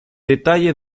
detalle